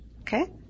Okay